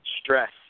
Stress